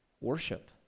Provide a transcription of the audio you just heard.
worship